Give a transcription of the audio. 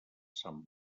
sant